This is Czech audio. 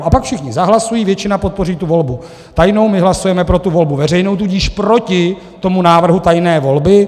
A pak všichni zahlasují, většina podpoří volbu tajnou, my hlasujeme pro volbu veřejnou, tudíž proti tomu návrhu tajné volby.